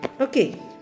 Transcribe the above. okay